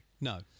No